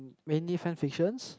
mainly science fictions